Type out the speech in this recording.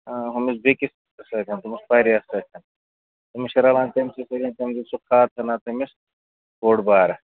ہُمِس بیٚکِس سۭتۍ ہُمِس پرییَس سۭتۍ تٔمِس چھِ رَلان تٔمۍ سٕے سۭتۍ تٔمۍ دِیُت سُہ خاتہٕ تہٕ تٔمِس بوٚڈ بارٕ